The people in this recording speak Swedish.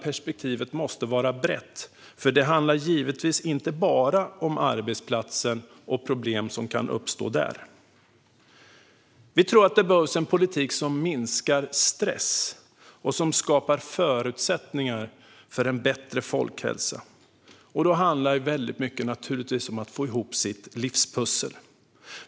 Perspektivet måste vara brett, för det handlar givetvis inte bara om arbetsplatsen och problem som kan uppstå där. Det behövs en politik som minskar stress och skapar förutsättningar för en bättre folkhälsa. Det handlar då mycket om att få ihop sitt livspussel.